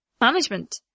Management